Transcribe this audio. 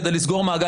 כדי לסגור מעגל,